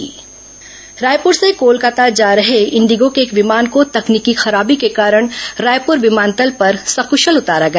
विमान landing Raipur से कोलकाता जा रही इंडिगो के एक विमान को तकनीकी खराबी के कारण रायपुर विमानतल पर सकूशल उतारा गया